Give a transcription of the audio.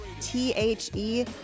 T-H-E